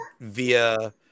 via